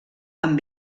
amb